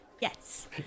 Yes